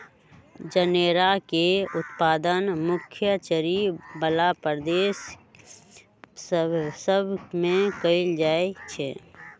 जनेरा के उत्पादन मुख्य चरी बला प्रदेश सभ में कएल जाइ छइ